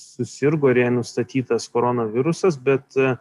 susirgo ir jai nustatytas koronavirusas bet